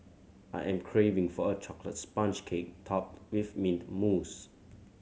I am craving for a chocolate sponge cake topped with mint mousse